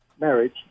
marriage